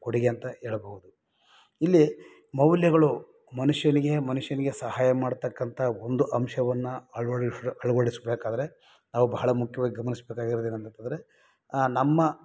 ಕೊಡುಗೆ ಅಂತ ಹೇಳಬಹುದು ಇಲ್ಲಿ ಮೌಲ್ಯಗಳು ಮನುಷ್ಯನಿಗೆ ಮನುಷ್ಯನಿಗೆ ಸಹಾಯ ಮಾಡ್ತಕ್ಕಂಥ ಒಂದು ಅಂಶವನ್ನು ಅಳವಡಿಸಿ ಅಳ್ವಡಿಸ್ಬೇಕಾದರೆ ಅವು ಬಹಳ ಮುಖ್ಯವಾಗಿ ಗಮನಿಸ್ಬೇಕಾಗಿರೋದೇನಂತಂದ್ರೆ ನಮ್ಮ